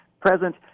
present